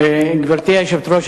גברתי היושבת-ראש,